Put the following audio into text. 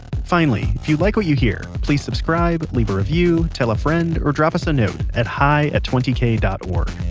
finally, if you like what you hear, please subscribe, leave a review, tell a friend or drop us a note at hi at twenty k dot o